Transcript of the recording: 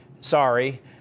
Sorry